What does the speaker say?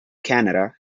canada